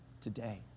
today